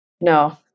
no